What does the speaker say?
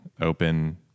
open